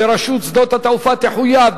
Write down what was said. שרשות שדות התעופה תחויב,